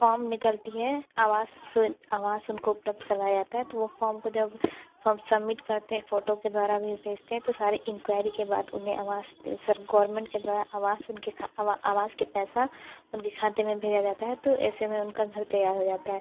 form निकलती है आवास आवास उनको उपलब्ध कराया जाता है तो वो फॉर्म को जब फॉर्म सबमिट करते है फ़ोटो के द्वारा भी भेजते हैं तो सारे इंक्वारी के बाद उन्हें आवास सर गोवर्मेंट के द्वारा आवास उनके घर आवास के पैसा उनके खाते में भेजा जाता है तो ऐसे में उनका घर तैयार हो जाता है